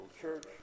church